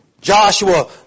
Joshua